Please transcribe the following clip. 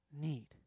need